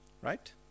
right